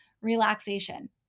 Relaxation